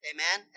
Amen